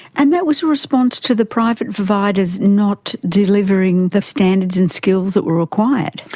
and that was a response to the private providers not delivering the standards and skills that were required.